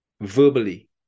verbally